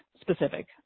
specific